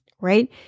right